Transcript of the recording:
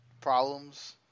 problems